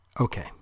Okay